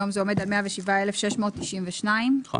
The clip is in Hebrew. היום זה עומד על 107,692. נכון.